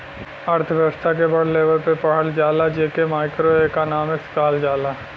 अर्थव्यस्था के बड़ लेवल पे पढ़ल जाला जे के माइक्रो एक्नामिक्स कहल जाला